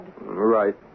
Right